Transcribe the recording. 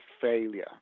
failure